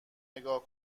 نگاه